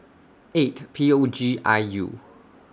eight P O G I U